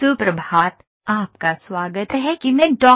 सुप्रभात आपका स्वागत है कि मैं डॉ